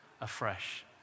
afresh